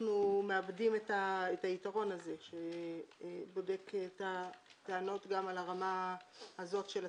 אנחנו מאבדים את היתרון הזה שבודק את הטענות גם על הרמה הזאת של הטיפול.